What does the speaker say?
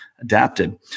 adapted